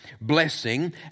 blessing